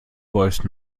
voice